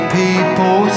people